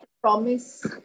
Promise